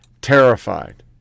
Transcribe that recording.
terrified